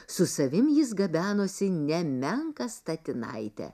su savim jis gabenosi nemenką statinaitę